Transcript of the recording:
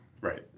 Right